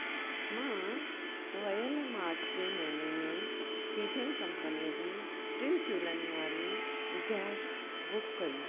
मां वयल मार्च जे महीने में पीजन कंपनीअ जी टिनि चूल्हनि वारी गैस बुक कई